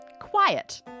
Quiet